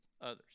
others